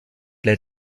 lädt